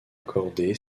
accordée